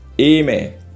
Amen